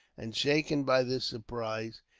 and shaken by this surprise,